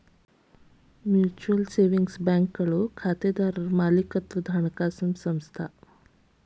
mutual savings ಬ್ಯಾಂಕ್ಗಳು ಖಾತೆದಾರರ್ ಮಾಲೇಕತ್ವದ ಹಣಕಾಸು ಸಂಸ್ಥೆ